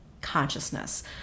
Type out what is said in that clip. consciousness